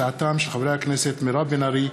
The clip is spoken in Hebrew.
הצעתם של חברי הכנסת מירב בן ארי,